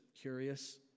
curious